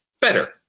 better